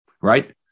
right